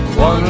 One